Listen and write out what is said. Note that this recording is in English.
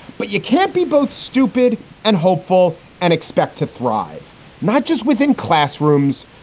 but you can't be both stupid and hopeful and expect to thrive not just within classrooms,